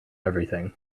everything